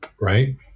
Right